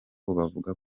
bavuga